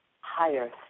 higher